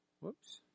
Whoops